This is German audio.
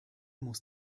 muss